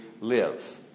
live